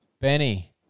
Benny